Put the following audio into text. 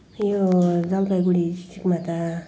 यो जलपाइगुडी डिस्ट्रिक्टमा त